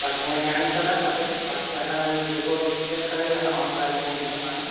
बाक़ी हीअं थियणु त न खपे बाक़ी असांजो जेको चेक करे ई असां मोकिलींदा आहियूं हींअर पाणी